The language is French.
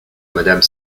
madame